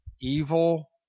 evil